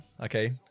Okay